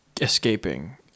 escaping